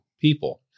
people